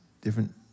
different